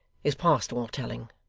is past all telling.